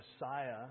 Messiah